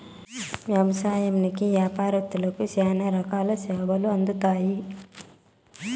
వ్యవసాయంకి యాపారత్తులకి శ్యానా రకాల సేవలు అందుతాయి